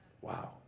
Wow